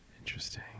Interesting